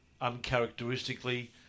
uncharacteristically